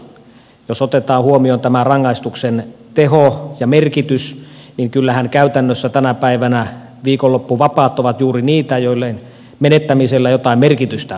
jos otetaan huomioon tämä rangaistuksen teho ja merkitys niin kyllähän käytännössä tänä päivänä viikonloppuvapaat ovat juuri niitä joiden menettämisellä jotain merkitystä on